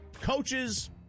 coaches